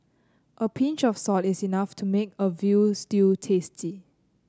a pinch of salt is enough to make a veal stew tasty